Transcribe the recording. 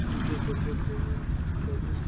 ان کے ذریعے سے ہی ہم سبھی